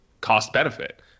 cost-benefit